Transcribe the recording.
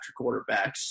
quarterbacks